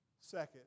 Second